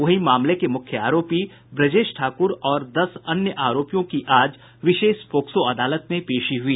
वहीं मामले के मुख्य आरोपी ब्रजेश ठाकुर और दस अन्य आरोपियों की आज विशेष पोक्सो अदालत में पेशी हुई